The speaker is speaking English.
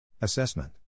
Assessment